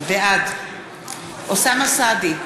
בעד אוסאמה סעדי,